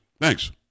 Thanks